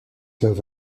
move